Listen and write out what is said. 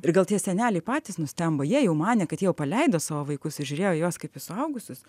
ir gal tie seneliai patys nustemba jie jau manė kad jie jau paleido savo vaikus ir žiūrėjo į juos kaip į suaugusius